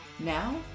Now